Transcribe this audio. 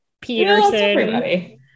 Peterson